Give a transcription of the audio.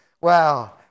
Wow